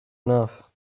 enough